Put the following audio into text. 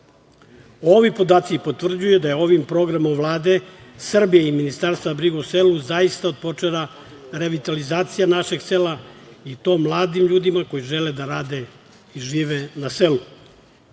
podaci potvrđuju da je ovim programom Vlade Srbije i Ministarstva brige o selu zaista otpočela revitalizacija našeg sela i to mladim ljudima koji žele da rade i žive na selu.